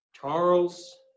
Charles